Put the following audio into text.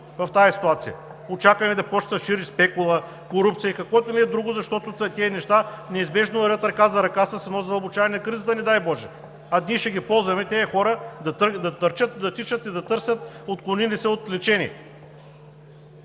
в тази ситуация! Очакваме да започне да се шири спекула, корупция и какво ли не друго, защото тези неща неизбежно вървят ръка за ръка с едно задълбочаване на кризата, не дай боже! А ние ще ползваме тези хора да тичат и да търсят отклонили се от лечение!